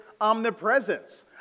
omnipresence